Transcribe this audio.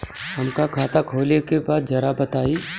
हमका खाता खोले के बा जरा बताई?